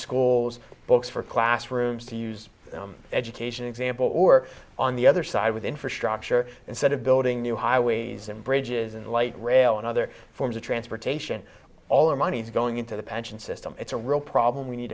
schools books for classrooms to use education example or on the other side with infrastructure instead of building new highways and bridges and light rail and other forms of transportation all our money is going into the pension system it's a real problem we need